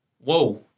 Whoa